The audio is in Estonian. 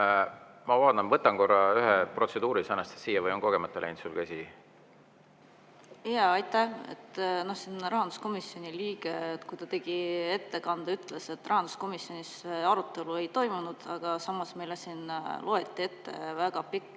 Ma vabandan, võtan korra ühe protseduurilise Anastassialt. Või on kogemata läinud sul käsi? Aitäh! Siin rahanduskomisjoni liige, kui ta tegi ettekande, ütles, et rahanduskomisjonis arutelu ei toimunud, aga samas meile siin loeti ette väga pikk